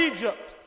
Egypt